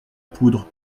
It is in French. poudre